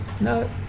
No